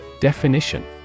Definition